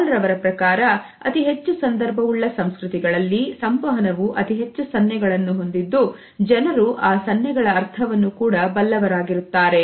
ಹಾಲ್ ರವರ ಪ್ರಕಾರ ಅತಿ ಹೆಚ್ಚು ಸಂದರ್ಭ ಉಳ್ಳ ಸಂಸ್ಕೃತಿಗಳಲ್ಲಿ ಸಂವಹನವು ಅತಿಹೆಚ್ಚು ಸನ್ನೆಗಳನ್ನು ಹೊಂದಿದ್ದು ಜನರು ಆ ಸನ್ನೆಗಳ ಅರ್ಥವನ್ನು ಕೂಡ ಬಲ್ಲವರಾಗಿರುತ್ತಾರೆ